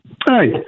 Hi